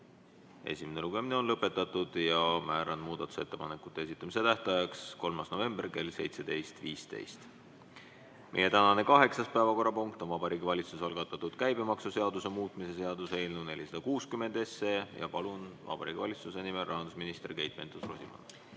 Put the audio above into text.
Esimene lugemine on lõpetatud ja määran muudatusettepanekute esitamise tähtajaks 3. novembri kell 17.15. Meie tänane kaheksas päevakorrapunkt on Vabariigi Valitsuse algatatud käibemaksuseaduse muutmise seaduse eelnõu 460 [esimene lugemine]. Palun siia Vabariigi Valitsuse nimel [esinema] rahandusminister Keit Pentus-Rosimannuse.